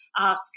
ask